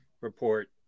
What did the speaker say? report